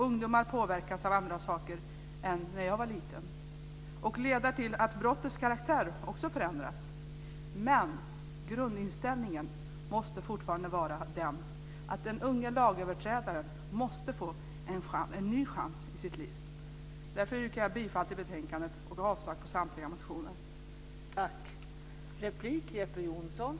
Ungdomar påverkas av andra saker än när jag var liten. Detta leder till att brottens karaktär också förändras. Men grundinställningen måste fortfarande vara den att den unge lagöverträdaren måste få en ny chans i sitt liv. Därför yrkar jag bifall till utskottets förslag i betänkandet och avslag på samtliga motioner.